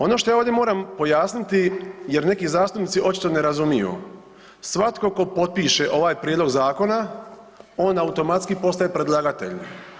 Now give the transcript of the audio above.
Ono što ja ovdje moram pojasniti jer neki zastupnici očito ne razumiju, svatko tko potpiše ovaj prijedlog zakona, on automatski postaje predlagatelj.